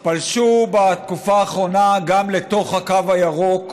פלשו בתקופה האחרונה גם לתוך הקו הירוק.